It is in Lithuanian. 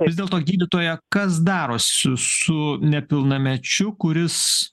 vis dėlto gydytoja kas darosi su nepilnamečiu kuris